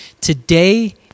today